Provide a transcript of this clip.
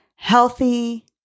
Healthy